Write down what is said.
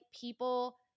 people